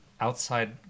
outside